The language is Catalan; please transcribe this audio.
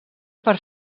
per